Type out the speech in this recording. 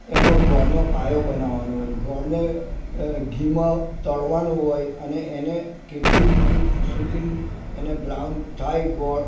એનો ગોળનો પાયો બનાવવાનો હોય ગોળને ઘીમાં તળવાનું હોય અને એને કેટલી મિનિટ સુધી અને બ્રાઉન થાય ગોળ